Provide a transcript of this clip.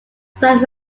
some